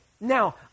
Now